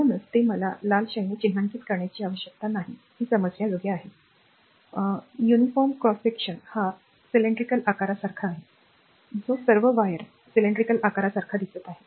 म्हणूनच हे मला लाल शाईने चिन्हांकित करण्याची आवश्यकता नाही हे समजण्याजोगे आहे कॉलर युनिफॉर्म क्रॉस सेक्शन हा दंडगोलाकार आकार सारखा आहे जो सर्व वायर दंडगोलाकार आकारासारखा दिसत आहे